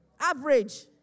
Average